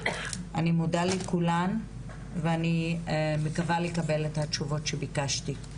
אני מודה לכולן ואני מקווה לקבל את התשובות שביקשתי.